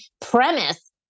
premise